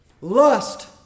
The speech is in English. Lust